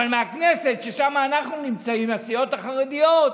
אבל מהכנסת, ששם אנחנו נמצאים, הסיעות החרדיות,